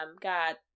got